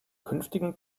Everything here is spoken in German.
künftigen